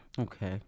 okay